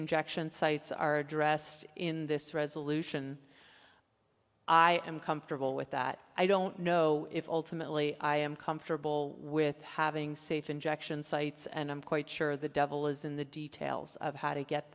injection sites are addressed in this resolution i am comfortable with that i don't know if ultimately i am comfortable with having safe injection sites and i'm quite sure the devil is in the details of how to get